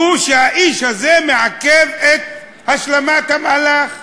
שכן האיש הזה מעכב את השלמת המהלך.